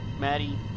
Maddie